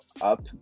up